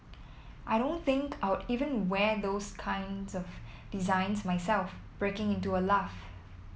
I don't think I'd even wear those kinds of designs myself breaking into a laugh